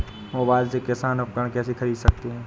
Mobile से किसान उपकरण कैसे ख़रीद सकते है?